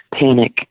panic